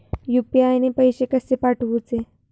UPI ने पैशे कशे पाठवूचे?